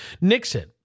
Nixon